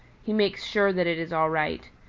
he makes sure that it is all right.